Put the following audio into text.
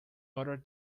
order